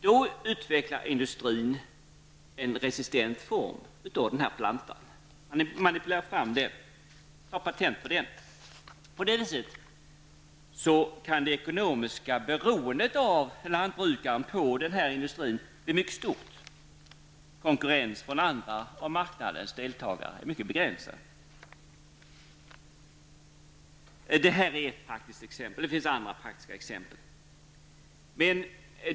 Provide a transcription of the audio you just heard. Då utvecklar industrin genom manipulation en resistent form av denna planta och patenterar den. På det viset kan det ekonomiska beroendet för lantbrukaren bli mycket stort. Konkurrensen från andra på marknaden är mycket begränsad. Det finns även en mängd andra praktiska exempel.